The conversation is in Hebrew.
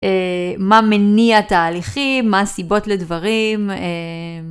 מה מניע תהליכים, מה הסיבות לדברים.